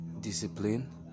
discipline